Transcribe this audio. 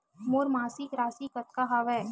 मोर मासिक राशि कतका हवय?